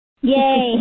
Yay